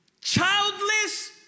Childless